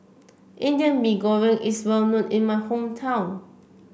Indian Mee Goreng is well known in my hometown